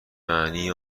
معنی